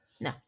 no